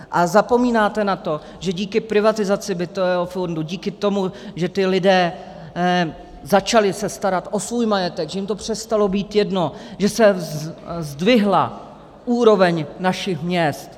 A zapomínáte na to, že díky privatizaci bytového fondu, díky tomu, že ti lidé se začali starat o svůj majetek, že jim to přestalo být jedno, se zvedla úroveň našich měst.